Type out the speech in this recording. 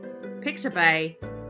Pixabay